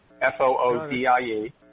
F-O-O-D-I-E